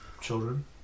children